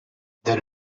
there